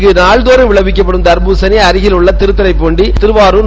இங்கு நாள்தோறும் விளைவிக்கப்படும் தர்பூசணி அருகில் உள்ள திருத்தறைபூண்டு திருவாருர்